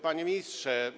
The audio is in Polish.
Panie Ministrze!